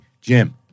Jim